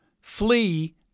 flee